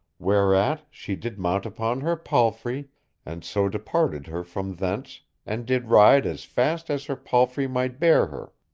whereat she did mount upon her palfrey and so departed her from thence and did ride as fast as her palfrey might bear her,